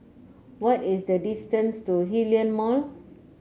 what is the distance to Hillion Mall